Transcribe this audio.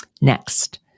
Next